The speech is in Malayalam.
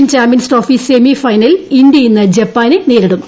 ഏഷ്യൻ ചാമ്പ്യൻസ് ട്രോഫി സെമി ഫൈനലിൽ ഇന്ത്യ ഇന്ന് ജപ്പാനെ നേരിടും